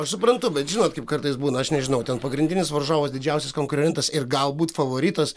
aš suprantu bet žinot kaip kartais būna aš nežinau ten pagrindinis varžovas didžiausias konkurentas ir galbūt favoritas